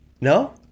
No